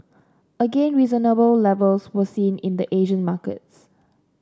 again reasonable levels were seen in the Asian markets